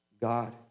God